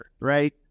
Right